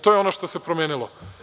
To je ono što se promenilo.